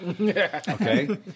Okay